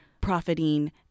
profiting